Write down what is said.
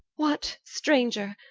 what, stranger?